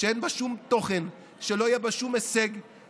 שאין בה שום תוכן, שלא יהיה בה שום הישג מלבד